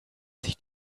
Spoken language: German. sich